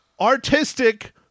artistic